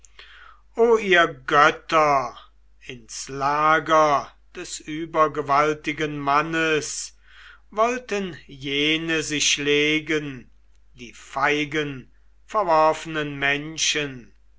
o ihr götter ins lager des übergewaltigen mannes wollten jene sich legen die feigen verworfenen menschen